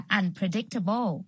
unpredictable